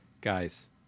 Guys